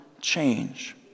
change